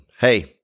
Hey